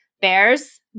bears